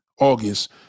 august